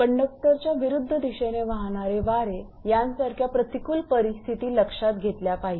कंडक्टरच्या विरुद्ध दिशेने वाहणारे वारे यांसारख्या प्रतिकूल परिस्थिती लक्षात घेतल्या पाहिजेत